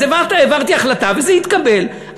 אז העברתי החלטה וזה התקבל,